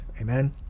amen